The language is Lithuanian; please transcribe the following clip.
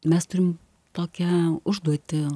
mes turim tokią užduotį